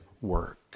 work